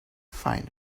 find